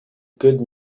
good